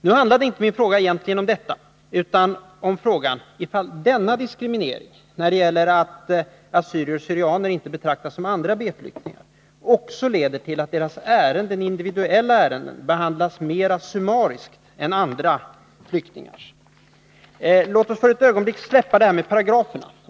Nu handlar min fråga egentligen inte om det, utan om den diskriminering av assyrier/syrianer som förekommer, vilka inte betraktas på samma sätt som andra B-flyktingar, och om inte denna diskriminering leder till att deras individuella ärenden behandlas mera summariskt än andra flyktingars. Låt oss för ett ögonblick lämna det här med paragrafer.